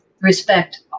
respect